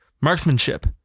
marksmanship